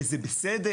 וזה בסדר